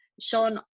Sean